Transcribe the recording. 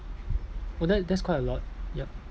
oh that that's quite a lot yup